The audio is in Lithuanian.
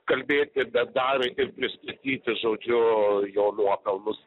kalbėti bet dar ir pristatyti žodžiu jo nuopelnus